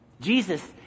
Jesus